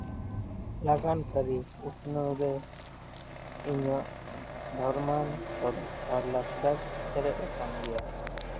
ᱞᱟᱜᱟᱱ ᱠᱟᱹᱨᱤ ᱩᱛᱱᱟᱹᱣ ᱨᱮ ᱤᱧᱟᱹᱜ ᱫᱷᱚᱨᱢᱚ ᱥᱮᱞᱮᱫ ᱟᱨ ᱞᱟᱠᱪᱟᱨ ᱥᱮᱞᱮᱫ ᱟᱠᱟᱱ ᱜᱮᱭᱟ